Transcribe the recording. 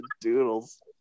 Doodles